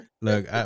Look